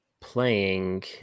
playing